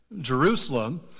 Jerusalem